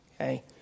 Okay